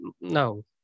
no